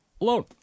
alone